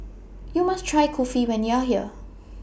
YOU must Try Kulfi when YOU Are here